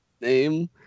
name